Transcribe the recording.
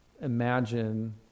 imagine